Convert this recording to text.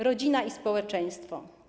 Rodzina i społeczeństwo.